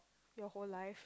your whole life